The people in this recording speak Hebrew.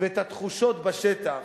ואת התחושות בשטח,